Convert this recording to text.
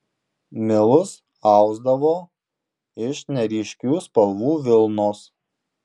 milus ausdavo iš neryškių spalvų vilnos